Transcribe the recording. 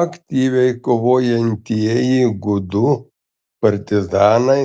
aktyviai kovojantieji gudų partizanai